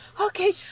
Okay